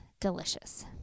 delicious